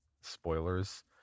Spoilers